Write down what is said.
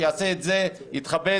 שיתכבד